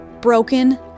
Broken